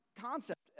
concept